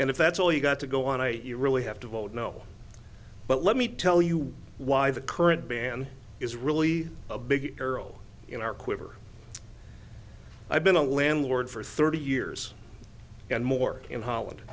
and if that's all you've got to go on i really have to vote no but let me tell you why the current ban is really a big arrow in our quiver i've been a landlord for thirty years and more in holland